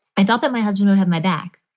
i thought that my husband had my back.